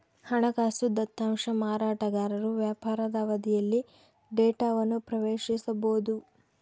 ಹಣಕಾಸು ದತ್ತಾಂಶ ಮಾರಾಟಗಾರರು ವ್ಯಾಪಾರದ ಅವಧಿಯಲ್ಲಿ ಡೇಟಾವನ್ನು ಪ್ರವೇಶಿಸಬೊದು